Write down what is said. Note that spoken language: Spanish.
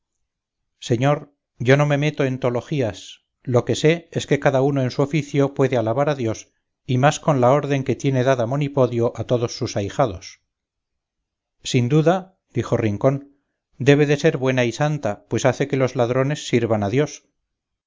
señor yo no me meto en tologías lo que sé es que cada uno en su oficio puede alabar a dios y más con la orden que tiene dada monipodio a todos sus ahijados sin duda dijo rincón debe de ser buena y santa pues hace que los ladrones sirvan a dios